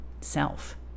self